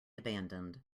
abandoned